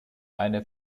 eine